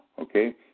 Okay